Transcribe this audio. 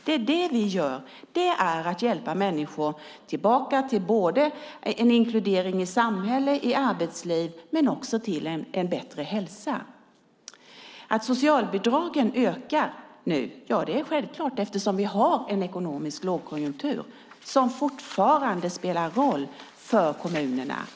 Det gör vi, och det är att hjälpa människor tillbaka både till en inkludering i samhälle och arbetsliv och också till en bättre hälsa. Att socialbidragen ökar nu är självklart eftersom vi har en lågkonjunktur som fortfarande spelar roll för kommunerna.